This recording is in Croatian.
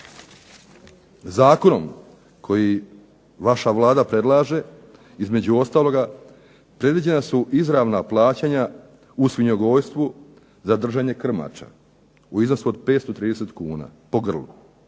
Zakonom koji vaša Vlada predlaže između ostaloga predviđena su izravna plaćanja u svinjogojstvu za držanje krmača u iznosu 530 kuna po grlu.